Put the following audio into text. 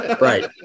Right